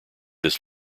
this